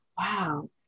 wow